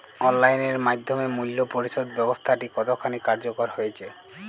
Online এর মাধ্যমে মূল্য পরিশোধ ব্যাবস্থাটি কতখানি কার্যকর হয়েচে?